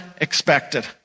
expected